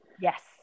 Yes